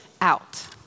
out